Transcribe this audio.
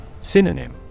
Synonym